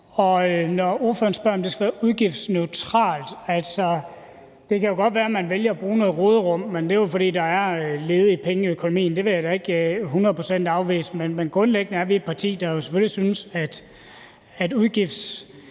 Når spørgeren spørger, om det skal være udgiftsneutralt, vil jeg sige, at det jo godt kan være, at man vælger at bruge noget af råderummet, men det er jo, fordi der er ledige penge i økonomien. Det vil jeg da ikke hundrede procent afvise. Men grundlæggende er vi et parti, der jo selvfølgelig synes, at udgiftsdrivende